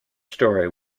story